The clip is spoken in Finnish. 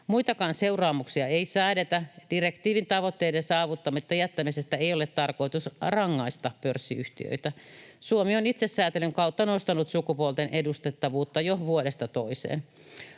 Muitakaan seuraamuksia ei säädetä. Direktiivin tavoitteiden saavuttamatta jättämisestä ei ole tarkoitus rangaista pörssiyhtiöitä. Suomi on itsesäätelyn kautta nostanut sukupuolten edustettavuutta jo vuodesta toiseen.